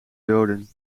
doden